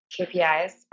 KPIs